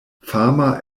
fama